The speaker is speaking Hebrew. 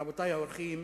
רבותי האורחים,